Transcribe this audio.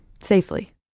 Safely